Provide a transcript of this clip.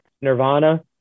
Nirvana